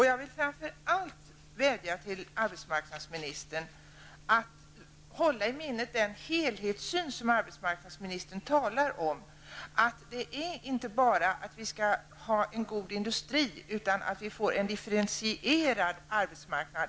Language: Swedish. Jag vill framför allt vädja till arbetsmarknadsministern att hon håller i minnet den helhetssyn som hon talar om. Det gäller inte bara att vi skall ha en god industri, utan vi måste få en differentierad arbetsmarknad.